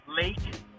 Lake